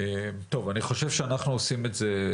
אני חושב שאנחנו עושים את זה,